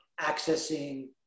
accessing